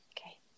Okay